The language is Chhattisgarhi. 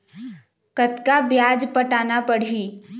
कतका ब्याज पटाना पड़ही?